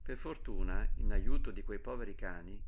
per fortuna in ajuto di quei poveri cani